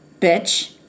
bitch